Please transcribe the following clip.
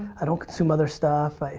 i don't consume other stuff.